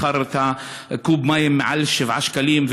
מכר קוב מים ביותר מ-7 שקלים,